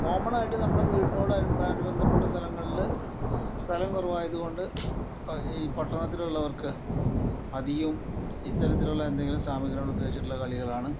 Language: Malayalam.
കോമൺ ആയിട്ട് നമ്മുടെ വീടിനോട് അനുബന്ധപ്പെട്ട സ്ഥലങ്ങളിൽ സ്ഥലം കുറവായതുകൊണ്ട് ഇപ്പോൾ ഈ പട്ടണത്തിൽ ഉള്ളവർക്ക് അധികവും ഇത്തരത്തിലുള്ള എന്തെങ്കിലും സാമഗ്രികൾ ഉപയോഗിച്ചുകൊണ്ടുള്ള കളികളാണ്